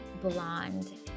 Blonde